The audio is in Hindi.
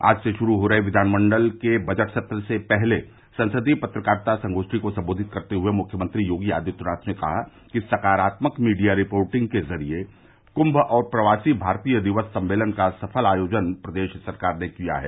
आज से शुरू हो रहे विधानमंडल के बजट सत्र से पहले संसदीय पत्रकारिता संगोष्ठी को संबोधित करते हुए मुख्यमंत्री योगी आदित्यनाथ ने कहा कि सकारात्मक मीडिया रिपोर्टिंग के जरिये कुंम और प्रवासी भारतीय दिवस सम्मेलन का सफल आयोजन प्रदेश सरकार ने किया है